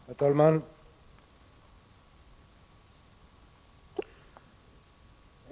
Herr talman!